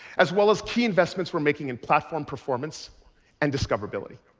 as well as key investments we're making in platform performance and discoverability.